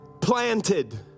planted